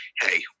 Hey